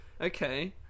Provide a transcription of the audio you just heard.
Okay